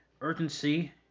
urgency